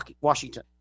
Washington